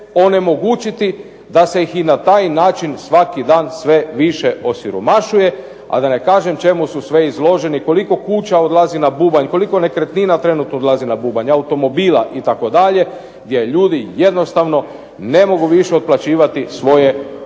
omogućiti da se ih i na taj način svaki dan sve više osiromašuje a da ne kažem čemu su sve izloženi, koliko kuća odlazi na bubanj, koliko nekretnina trenutno odlazi na bubanj, automobila itd. gdje ljudi jednostavno ne mogu više otplaćivati svoje obveze,